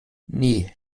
nee